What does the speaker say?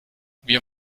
wir